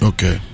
Okay